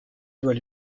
doit